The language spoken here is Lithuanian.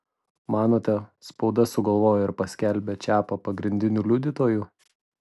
manote spauda sugalvojo ir paskelbė čiapą pagrindiniu liudytoju